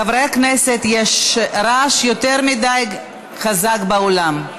חברי הכנסת, יש רעש יותר מדי חזק באולם.